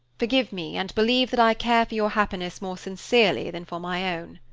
forgive me, and believe that i care for your happiness more sincerely than for my own.